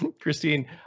Christine